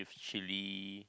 chilli